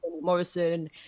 Morrison